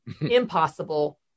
impossible